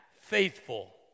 faithful